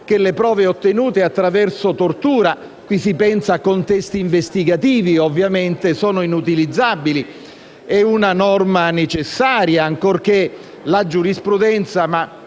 che le prove ottenute attraverso tortura (qui si pensa, ovviamente, a contesti investigativi) sono inutilizzabili. È una norma necessaria, ancorché la giurisprudenza, ma